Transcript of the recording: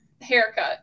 haircut